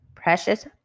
Precious